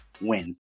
win